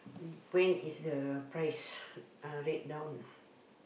when is the price uh rate now